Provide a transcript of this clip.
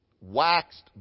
Waxed